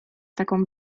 taką